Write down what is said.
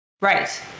Right